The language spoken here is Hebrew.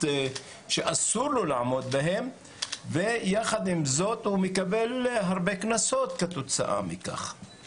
שאסור לו לעמוד בהם והוא מקבל הרבה קנסות כתוצאה מכך.